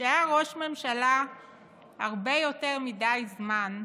שהיה ראש ממשלה הרבה יותר מדי זמן,